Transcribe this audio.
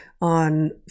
on